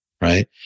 right